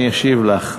אני אשיב לך.